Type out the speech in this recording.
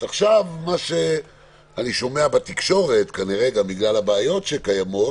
עכשיו מה שאני שומע בתקשורת כנראה גם בגלל הבעיות שקיימות